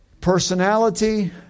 Personality